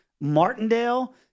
Martindale